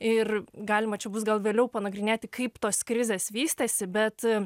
ir galima bus gal vėliau panagrinėti kaip tos krizės vystėsi bet